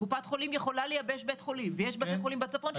קופת חולים יכולה לייבש בית חולים ויש בתי חולים בצפון ש --- כן,